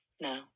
No